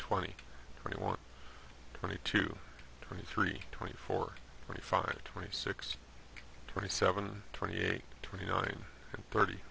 twenty twenty one twenty two twenty three twenty four twenty five twenty six twenty seven twenty eight twenty nine thirty